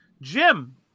Jim